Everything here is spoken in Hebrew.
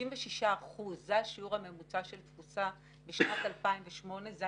96% זה שיעור התפוסה הממוצע לשנת 2008. אלה